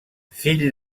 fill